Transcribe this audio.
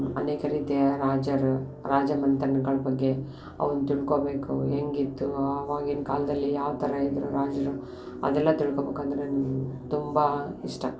ಅನೇಕ ರೀತಿಯ ರಾಜರು ರಾಜಮನ್ತನ್ಗಳ ಬಗ್ಗೆ ಅವನ್ನು ತಿಳ್ಕೋಬೇಕು ಹೆಂಗಿತ್ತು ಆವಾಗಿನ ಕಾಲದಲ್ಲಿ ಯಾವ ಥರ ಇದ್ದರು ರಾಜರು ಅದೆಲ್ಲ ತಿಳ್ಕೋಬೇಕ್ ಅಂದರೆ ನನ್ಗೆ ತುಂಬ ಇಷ್ಟ